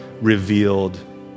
revealed